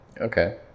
Okay